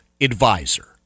advisor